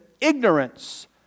ignorance